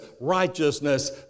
righteousness